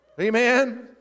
Amen